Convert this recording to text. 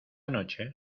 noche